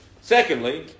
Secondly